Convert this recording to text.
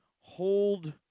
hold